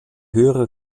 höhere